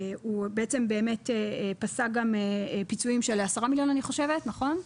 ופסק פיצויים של כ-10 מיליון, אני חושבת, נכון?